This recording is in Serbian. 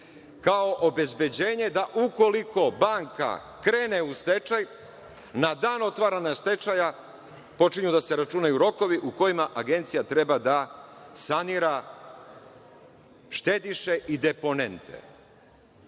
kao obezbeđenje da ukoliko banka krene u stečaj na dan otvaranja stečaja, počinju da se računaju rokovi u kojima agencija treba da sanira štediše i deponente.